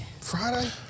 Friday